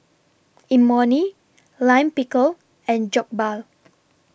Imoni Lime Pickle and Jokbal